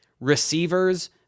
receivers